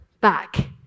back